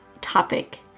topic